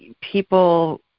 people